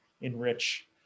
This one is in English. enrich